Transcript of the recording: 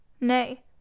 Nay